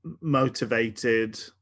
motivated